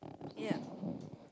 ya